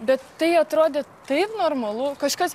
bet tai atrodė taip normalu kažkas